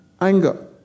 anger